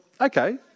okay